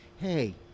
hey